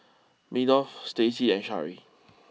Meadow Stacy and Shari